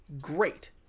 great